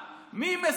מי יוצא נגד רע"מ,